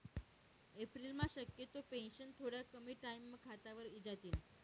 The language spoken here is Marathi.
एप्रिलम्हा शक्यतो पेंशन थोडा कमी टाईमम्हा खातावर इजातीन